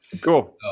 Cool